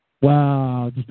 Wow